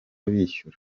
bishyura